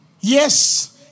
Yes